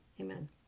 amen